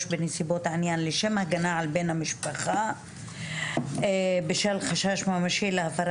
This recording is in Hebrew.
בנסיבות העניין לשם הגנה על בן המשפחה בשל חשש ממשי להפרה